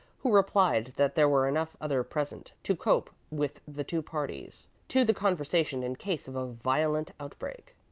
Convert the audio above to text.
who replied that there were enough others present to cope with the two parties to the conversation in case of a violent outbreak.